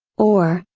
or,